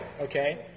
okay